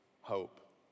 hope